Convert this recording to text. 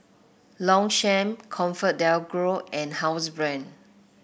Longchamp ComfortDelGro and Housebrand